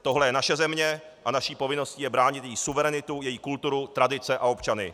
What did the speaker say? Tohle je naše země a naší povinností je bránit její suverenitu, její kulturu, tradice a občany.